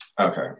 Okay